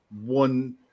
one